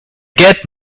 get